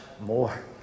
more